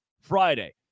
Friday